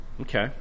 Okay